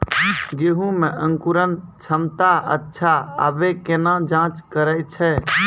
गेहूँ मे अंकुरन क्षमता अच्छा आबे केना जाँच करैय छै?